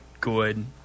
good